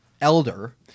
elder